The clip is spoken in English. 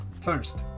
First